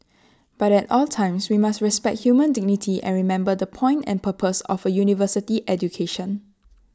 but at all times we must respect human dignity and remember the point and purpose of A university education